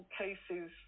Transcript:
cases